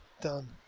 done